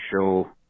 show